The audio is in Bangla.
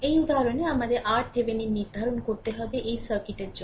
এই উদাহরণে আমাদের RThevenin নির্ধারণ করতে হবে এই সার্কিটের জন্য